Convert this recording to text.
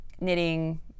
knitting